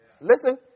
Listen